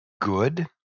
Good